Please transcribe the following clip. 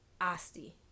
Asti